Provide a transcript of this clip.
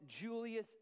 Julius